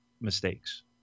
mistakes